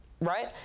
Right